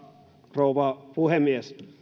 rouva puhemies